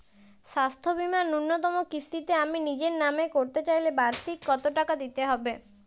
স্বাস্থ্য বীমার ন্যুনতম কিস্তিতে আমি নিজের নামে করতে চাইলে বার্ষিক কত টাকা দিতে হবে?